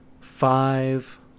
five